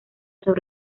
sobre